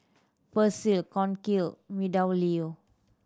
Persil Cornell MeadowLea